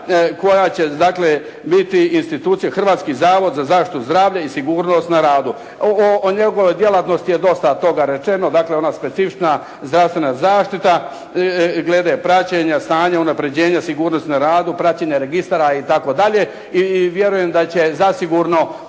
dakle, biti institucija Hrvatski zavod za zaštitu zdravlja i sigurnost na radu. O njegovoj djelatnosti je dosta toga rečeno, dakle, ona specifična zdravstvena zaštita glede praćenja stanja, unaprjeđenja sigurnosti na radu, praćenja registara itd.. I vjerujem da će zasigurno